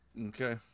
okay